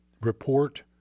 report